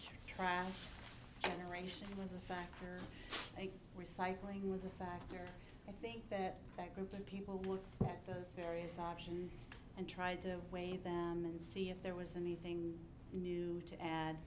trash generation was a factor and recycling was a factor i think that that group of people would get those various options and try to weigh them and see if there was anything new to add